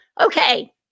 okay